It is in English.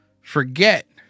forget